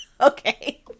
okay